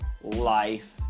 life